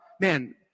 man